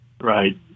Right